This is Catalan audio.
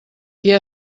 qui